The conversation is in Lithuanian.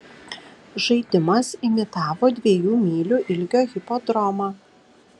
žaidimas imitavo dviejų mylių ilgio hipodromą